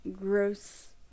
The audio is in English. gross